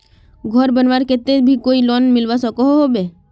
घोर बनवार केते भी कोई लोन मिलवा सकोहो होबे?